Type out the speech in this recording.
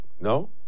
No